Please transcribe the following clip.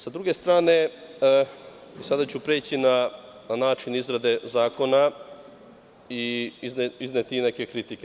S druge strane, sada ću preći na način izrade zakona i izneti neke kritike.